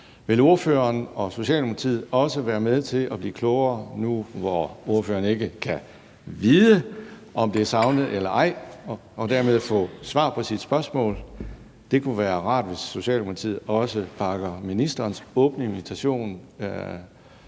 Vil ordføreren og Socialdemokratiet også være med til at blive klogere nu, hvor ordføreren ikke kan vide, om det er savnet eller ej, altså dermed få svar på spørgsmålet? Det kunne være rart, hvis Socialdemokratiet også bakker op om ministerens åbne invitation